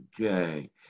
Okay